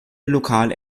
lokal